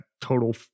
total